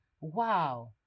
wow